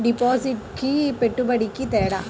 డిపాజిట్కి పెట్టుబడికి తేడా?